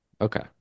Okay